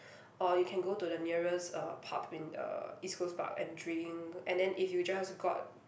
or you can go to the nearest uh pub in uh East-Coast-Park and drink and then if you just got